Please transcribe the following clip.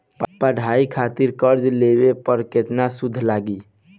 पढ़ाई खातिर कर्जा लेवे पर केतना सूद लागी?